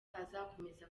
azakomeza